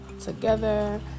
together